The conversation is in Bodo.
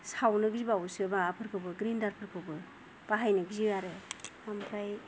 सावनो गिबावोसो माबाफोरखौबो ग्रेन्डार फोरखौबो बाहायनो गियो आरो ओमफ्राय